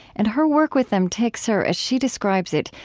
and her work with them takes her, as she describes it,